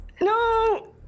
No